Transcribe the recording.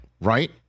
Right